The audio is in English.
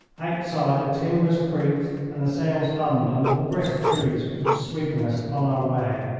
outside the timbers creaked and the sails hummed under the brisk breeze which was sweeping us upon our way.